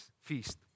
feast